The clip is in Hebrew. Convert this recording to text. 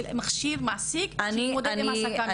שמכשירה מעסיק שמעודד הכשרה.